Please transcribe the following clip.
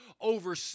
over